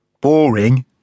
boring